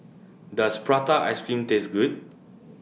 Does Prata Ice Cream Taste Good